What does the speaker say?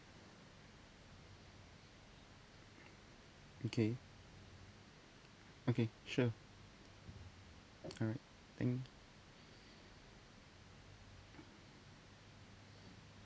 okay okay sure alright thank